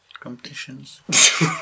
Competitions